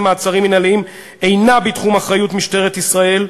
מעצרים מינהליים אינה בתחום אחריות משטרת ישראל.